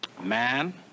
man